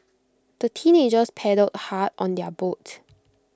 the teenagers paddled hard on their boat